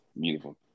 Beautiful